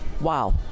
wow